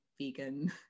vegan